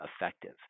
effective